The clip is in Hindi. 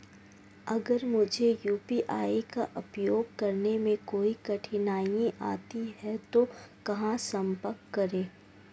अगर मुझे यू.पी.आई का उपयोग करने में कोई कठिनाई आती है तो कहां संपर्क करें?